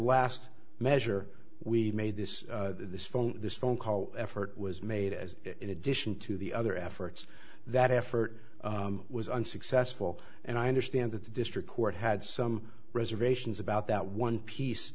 last measure we made this this phone this phone call effort was made as in addition to the other efforts that effort was unsuccessful and i understand that the district court had some reservations about that one piece